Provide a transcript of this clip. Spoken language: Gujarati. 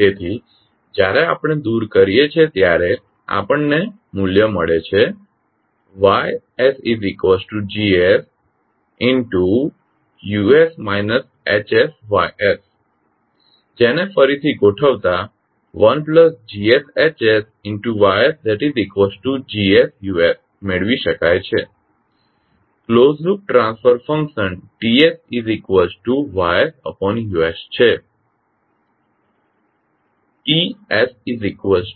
તેથી જ્યારે આપણે દૂર કરીએ છીએ ત્યારે આપણને મૂલ્ય મળે છે YsGsUs HsYs જેને ફરીથી ગોઠવતા 1GsHsYsGsU મેળવી શકાય છે ક્લોસ્ડ લૂપ ટ્રાન્સફર ફંક્શન